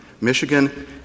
Michigan